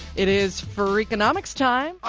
it is freakonomics time.